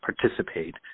participate